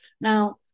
Now